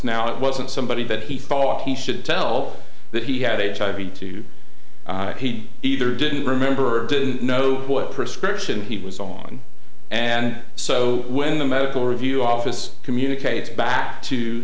now it wasn't somebody that he thought he should tell that he had a child he too he either didn't remember or didn't know what prescription he was on and so when the medical review office communicates back to